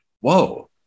Whoa